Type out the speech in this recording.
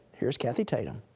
here is cathy tatum.